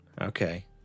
Okay